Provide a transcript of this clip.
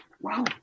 wow